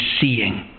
seeing